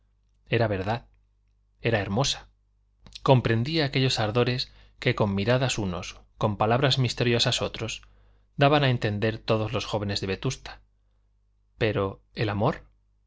alabanzas era verdad era hermosa comprendía aquellos ardores que con miradas unos con palabras misteriosas otros daban a entender todos los jóvenes de vetusta pero el amor